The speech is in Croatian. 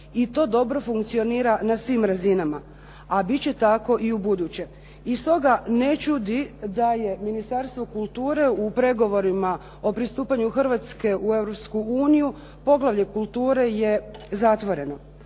i to dobro funkcionira na svim razinama, a bit će tako i u buduće. I stoga ne čudi da je Ministarstvo kulture u pregovorima o pristupanju Hrvatske u Europsku uniju, poglavlje kulture je zatvoreno.